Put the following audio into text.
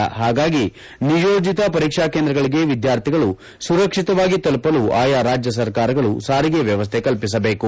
ಪಾಗಾಗಿ ನಿಯೋಜಿತ ಪರೀಕ್ಷಾ ಕೇಂದ್ರಗಳಿಗೆ ವಿದ್ಯಾರ್ಥಿಗಳು ಸುರಕ್ಷಿಕವಾಗಿ ತಲುಪಲು ಆಯಾ ರಾಜ್ಯ ಸರ್ಕಾರಗಳು ಸಾರಿಗೆ ವ್ಠವಸ್ಥೆ ಕಲ್ಪಿಸಬೇಕು